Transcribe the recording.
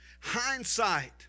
hindsight